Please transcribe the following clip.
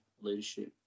Leadership